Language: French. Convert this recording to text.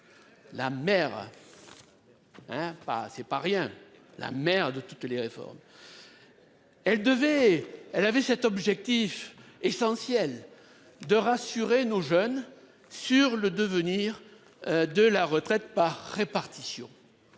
pas, c'est pas rien. La mère de toutes les réformes. Elle devait elle avait cet objectif essentiel de rassurer nos jeunes sur le devenir. De la retraite par répartition.